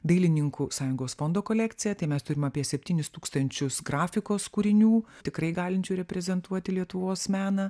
dailininkų sąjungos fondo kolekcija tai mes turim apie septynis tūkstančius grafikos kūrinių tikrai galinčių reprezentuoti lietuvos meną